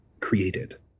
created